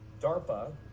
DARPA